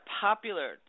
popular